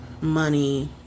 money